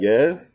Yes